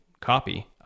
copy